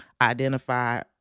identify